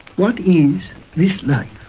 what is this life?